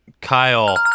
Kyle